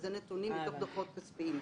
אלה נתונים מתוך דוחות כספיים.